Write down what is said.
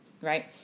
right